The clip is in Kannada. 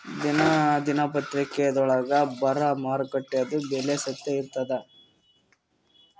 ದಿನಾ ದಿನಪತ್ರಿಕಾದೊಳಾಗ ಬರಾ ಮಾರುಕಟ್ಟೆದು ಬೆಲೆ ಸತ್ಯ ಇರ್ತಾದಾ?